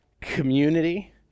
community